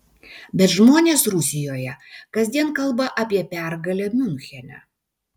bet žmonės rusijoje kasdien kalba apie pergalę miunchene